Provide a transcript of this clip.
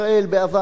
לארץ-ישראל,